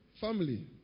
Family